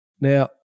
Now